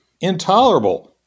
intolerable